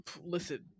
listen